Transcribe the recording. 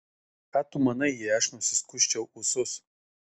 ką tu manai jei aš nusiskusčiau ūsus